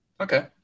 okay